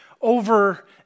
over